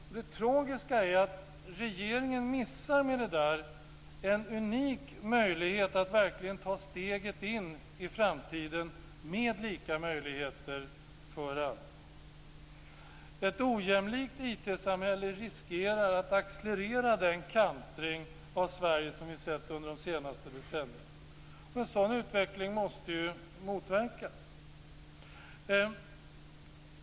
Och det tragiska är att regeringen i och med detta missar en unik möjlighet att verkligen ta steget in i framtiden med lika möjligheter för alla. Ett ojämlikt IT-samhälle riskerar att accelerera den kantring av Sverige som vi har sett under de senaste decennierna. En sådan utveckling måste motverkas.